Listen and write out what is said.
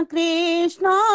Krishna